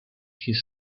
his